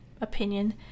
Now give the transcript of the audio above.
opinion